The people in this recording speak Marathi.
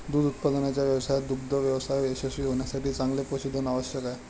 दूध उत्पादनाच्या व्यवसायात दुग्ध व्यवसाय यशस्वी होण्यासाठी चांगले पशुधन आवश्यक आहे